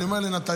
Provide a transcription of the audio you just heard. אני אומר לנטלי: